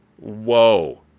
Whoa